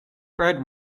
bird